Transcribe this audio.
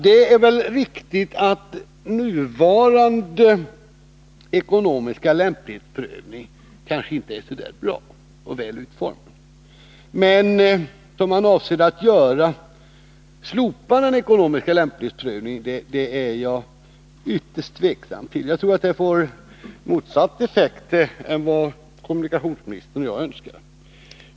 Det är väl också riktigt att nuvarande ekonomiska lämplighetsprövning inte är så väl utformad. Men att slopa den ekonomiska lämplighetsprövningen, som man avser att göra, är jag ytterst tveksam inför. Jag tror att det får motsatt effekt mot den kommunikationsministern och jag önskar.